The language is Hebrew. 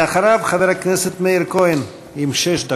ואחריו, חבר הכנסת מאיר כהן, עם שש דקות.